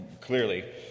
clearly